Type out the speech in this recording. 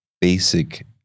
basic